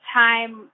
time